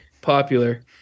popular